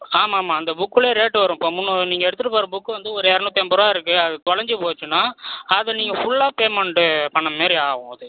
ஆமாம் ஆமாம் அந்த புக்கிலே ரேட்டு வரும் இப்போ முன் நீங்கள் எடுத்துகிட்டு போகிற புக் வந்து ஒரு இரநூத்தி ஐம்பது ரூபா இருக்குது அது தொலைஞ்சி போச்சுனால் அதை நீங்கள் ஃபுல்லாக பேமெண்ட்டு பண்ண மாரி ஆகும் அது